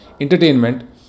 entertainment